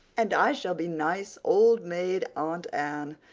and i shall be nice, old maid aunt anne,